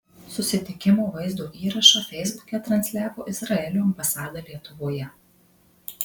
susitikimo vaizdo įrašą feisbuke transliavo izraelio ambasada lietuvoje